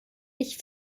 ich